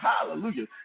Hallelujah